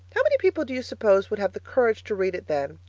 how many people do you suppose would have the courage to read it then?